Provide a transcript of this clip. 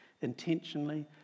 intentionally